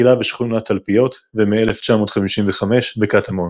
תחילה בשכונת תלפיות ומ-1955 בקטמון.